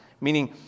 meaning